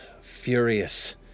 furious